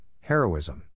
Heroism